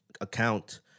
account